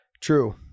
true